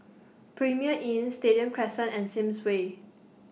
Premier Inn Stadium Crescent and Sims Way